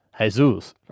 Jesus